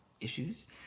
issues